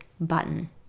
button